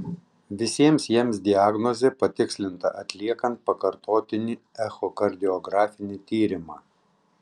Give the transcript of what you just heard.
visiems jiems diagnozė patikslinta atliekant pakartotinį echokardiografinį tyrimą